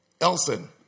Elson